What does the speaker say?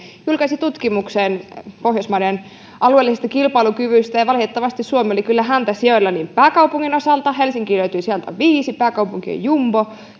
hylkäsi tutkimuksen pohjoismaiden alueellisesta kilpailukyvystä valitettavasti suomi oli kyllä häntäsijoilla pääkaupungin osalta helsinki löytyi sijalta viisi pääkaupunkien jumbo